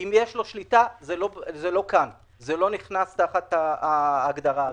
אם יש לו שליטה, זה לא נכנס תחת ההגדרה הזאת.